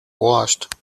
washed